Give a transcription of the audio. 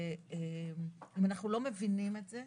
אם אנחנו לא מבינים את זה,